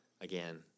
Again